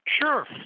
Sure